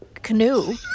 canoe